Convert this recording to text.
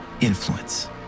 influence